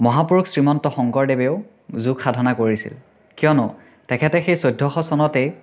মহাপুৰুষ শ্ৰীমন্ত শংকৰদেৱেও যোগ সাধনা কৰিছিল কিয়নো তেখেতে সেই চৈধ্যশ চনতেই